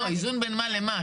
לא, איזון בין מה למה?